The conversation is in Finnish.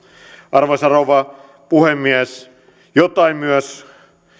arvoisa rouva puhemies jotain